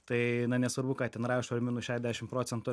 tai na nesvarbu kad ten rašo ir minus šedešimt procentų